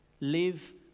Live